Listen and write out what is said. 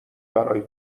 برای